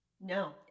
No